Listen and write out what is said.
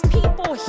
people